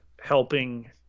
helping